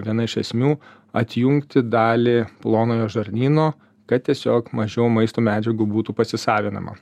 viena iš esmių atjungti dalį plonojo žarnyno kad tiesiog mažiau maisto medžiagų būtų pasisavinama